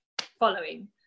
following